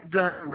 done